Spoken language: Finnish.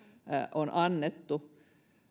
on annettu